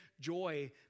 joy